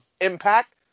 impact